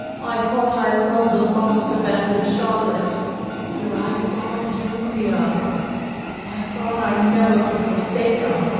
i thought i loved the lost, abandoned charlotte till i saw julia i thought i never could forsake her